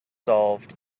solved